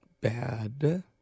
bad